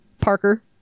Parker